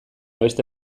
beste